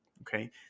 Okay